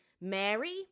Mary